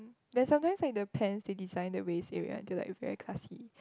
then sometimes like the pants they design the waist area until like very classy